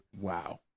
wow